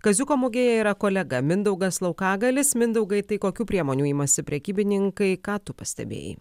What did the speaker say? kaziuko mugėje yra kolega mindaugas laukagaliais mindaugai tai kokių priemonių imasi prekybininkai ką tu pastebėjai